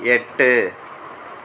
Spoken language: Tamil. எட்டு